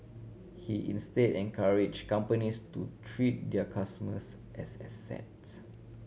he instead encourage companies to treat their customers as assets